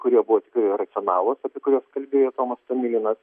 kurie buvo racionalūs apie kuriuos kalbėjo tomas tomilinas